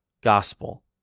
gospel